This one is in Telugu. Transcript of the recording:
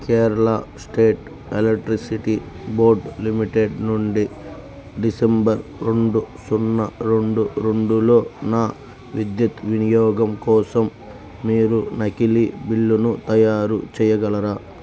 Kerala state electricity board limited నుండి డిసెంబర్ రెండు సున్నా రెండు రెండులో నా విద్యుత్ వినియోగం కోసం మీరు నకిలీ బిల్లును తయారు చెయ్యగలరా